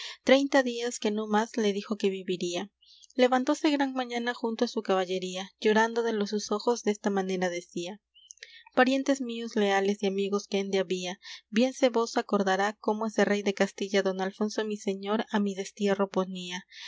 treinta días que no más le dijo que viviría levantóse gran mañana junto á su caballería llorando de los sus ojos desta manera decía parientes míos leales y amigos que ende había bien se vos acordará cómo ese rey de castilla don alfonso mi señor á mí destierro ponía